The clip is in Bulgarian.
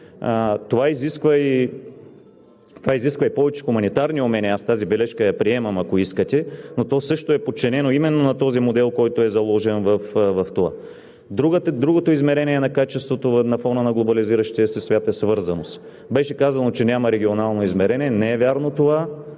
изисква и повече хуманитарни умения – аз тази бележка я приемам, ако искате, но то също е подчинено именно на този модел, който е заложен. Другото измерение на качеството на фона на глобализиращия се свят е свързаност. Беше казано, че няма регионално измерение. Не е вярно това.